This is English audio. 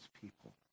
people